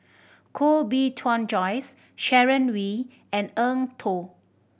Koh Bee Tuan Joyce Sharon Wee and Eng Tow